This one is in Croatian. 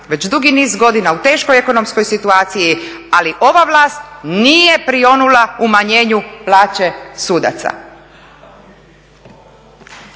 već dugi niz godina u teškoj ekonomskoj situaciji, ali ova Vlast nije prionula umanjenju plaće sudaca.